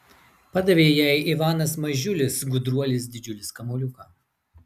padavė jai ivanas mažiulis gudruolis didžiulis kamuoliuką